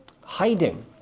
hiding